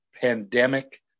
pandemic